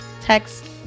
text